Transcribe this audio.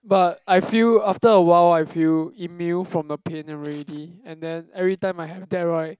but I feel after awhile I feel immune from the pain already and then every time I have that right